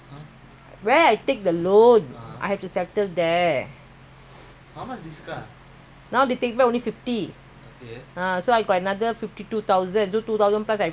ah so I got another fifty two thousand plus I have to pay ah when I pay then I can take another car they will they will how I don't know how it works ah